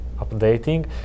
updating